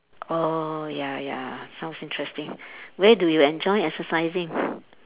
oh ya ya sounds interesting where do you enjoy exercising